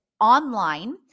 online